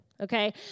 okay